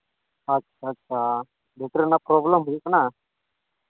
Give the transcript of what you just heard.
ᱟᱪᱪᱷᱟ ᱟᱪᱪᱷᱟ ᱵᱮᱴᱨᱤ ᱨᱮᱱᱟᱜ ᱯᱨᱚᱵᱽᱞᱮᱢ ᱦᱩᱭᱩᱜ ᱠᱟᱱᱟ